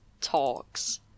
talks